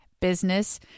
business